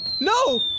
No